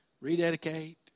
rededicate